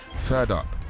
third up,